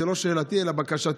זו לא שאלתי אלא בקשתי,